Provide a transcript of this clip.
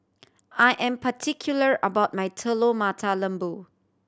I am particular about my Telur Mata Lembu